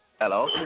Hello